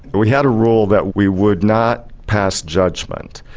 but we had a rule that we would not pass judgment.